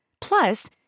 Plus